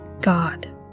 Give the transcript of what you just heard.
God